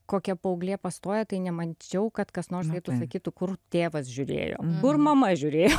kokia paauglė pastoja tai nemačiau kad kas nors eitų sakytų kur tėvas žiūrėjo kur mama žiūrėjo